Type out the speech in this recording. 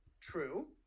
True